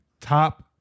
top